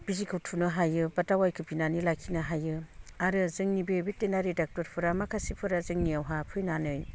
बिजिखौ थुनो हायो बा दावायखौ बिनानै लाखिनो हायो आरो जोंनि बे भेटेनारि डक्ट'रफोरा माखासेफोरा जोंनियावहा फैनानै